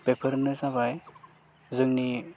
बेफोरनो जाबाय जोंनि